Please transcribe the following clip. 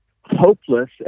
hopeless